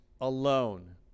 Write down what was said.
alone